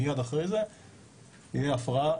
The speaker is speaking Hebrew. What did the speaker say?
מייד אחרי זה יהיה הפרעה